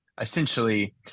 essentially